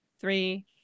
three